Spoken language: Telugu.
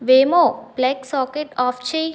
వేమో ప్లగ్ సాకెట్ ఆఫ్ చేయి